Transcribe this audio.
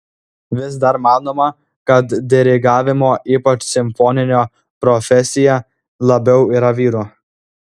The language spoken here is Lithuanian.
vis dar manoma kad dirigavimo ypač simfoninio profesija labiau yra vyrų